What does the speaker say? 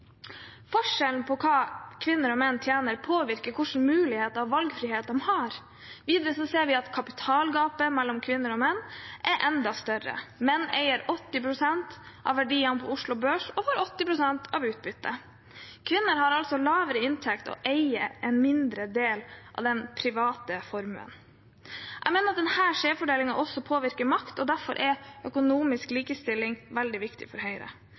Forskjellen på hva kvinner og menn tjener, påvirker hvilke muligheter og valgfriheter en har. Videre ser vi at kapitalgapet mellom kvinner og menn er enda større. Menn eier 80 pst. av verdiene på Oslo Børs og får 80 pst. av utbyttet. Kvinner har altså lavere inntekt og eier en mindre del av den private formuen. Jeg mener at denne skjevfordelingen også påvirker makt, og derfor er økonomisk likestilling veldig viktig for Høyre.